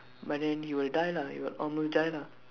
but then he will die lah he will almost die lah